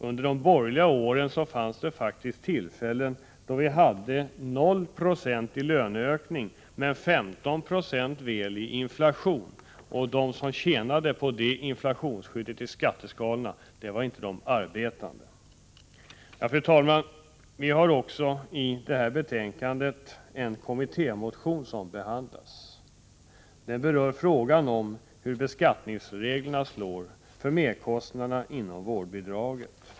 Under de borgerliga åren fanns det faktiskt tillfällen då vi hade 0 96 i löneökning men 15 96 i inflation. De som då tjänade på inflationsskyddet i skatteskalorna var inte de arbetande. Fru talman! Vpk har också en kommittémotion som behandlats i detta betänkande. Den berör frågan om hur beskattningsreglerna slår i fråga om merkostnaderna inom vårdbidraget.